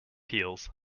heels